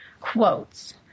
Quotes